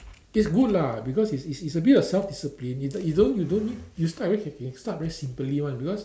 it's good lah because it's it's it's a bit of self discipline you you don't you don't need you start you start very simply one because